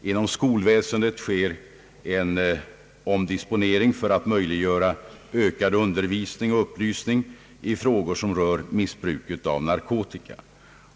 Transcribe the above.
Genom skolväsendet sker en omdisponering för att möjliggöra ökad undervisning och upplysning i frågor som rör missbruk av narkotika.